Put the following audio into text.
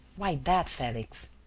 why that, felix?